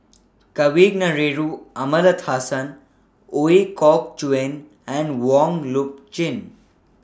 Kavignareru Amallathasan Ooi Kok Chuen and Wong Loop Chin